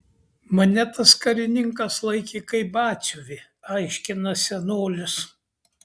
mane tas karininkas laikė kaip batsiuvį aiškina senolis